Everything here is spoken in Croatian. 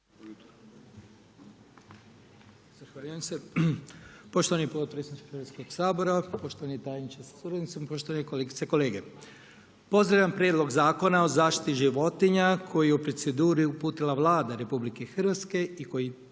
Zahvaljujem se. Poštovani potpredsjedniče Hrvatskog sabora, poštovani tajniče sa suradnicom, poštovane kolegice i kolege. Pozdravljam Prijedlog zakona o zaštiti životinja koji je u proceduru uputila Vlada RH i koji